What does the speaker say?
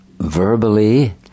Verbally